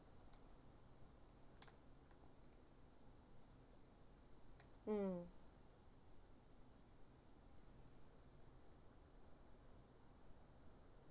mm